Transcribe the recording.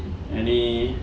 any